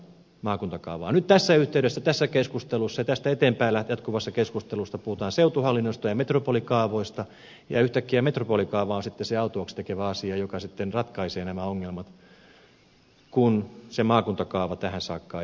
nyt tässä yhteydessä tässä keskustelussa ja tästä eteenpäin jatkuvassa keskustelussa puhutaan seutuhallinnosta ja metropolikaavoista ja yhtäkkiä metropolikaava on sitten se autuaaksi tekevä asia joka ratkaisee nämä ongelmat kun se maakuntakaava ei ole tähän saakka ollut sitä